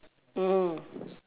mm